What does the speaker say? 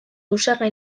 osagai